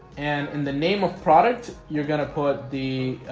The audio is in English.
and in the name of product, you're gonna put the